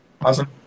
Awesome